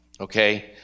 okay